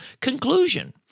conclusion